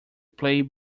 play